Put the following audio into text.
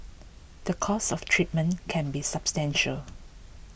the cost of treatment can be substantial